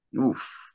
Oof